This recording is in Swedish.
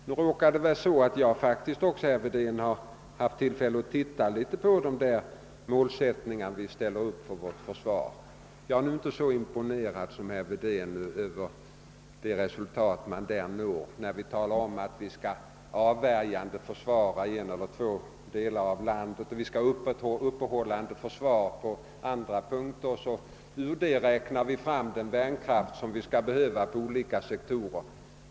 Nu råkar det emellertid vara så, herr Wedén, att även jag har haft tillfälle att se litet på målsättningen för vårt försvar, och jag är inte lika imponerad som herr Wedén av de resultat som där uppnåtts, när man talar om att vi skall avvärjande försvara en eller två delar av landet och ha ett uppehållande försvar på andra håll. Från denna utgångspunkt skall vi sedan räkna fram vår värnkraft inom olika sektorer.